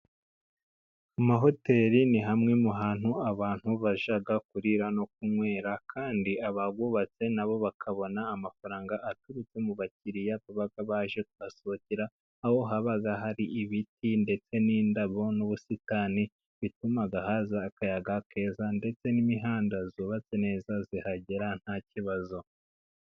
Amahoteri ni hamwe mu hantu abantu bajya kurira no kunywera, kandi abahubatse nabo bakabona amafaranga aturutse mu bakiriya kubera ko baje kuhasohokera aho haba hari ibiti ndetse n'indabo n'ubusitani, bituma haza akayaga keza ndetse n'imihanda yubatse neza ihagera nta kibazo.